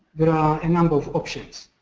there are a number of options.